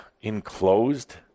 enclosed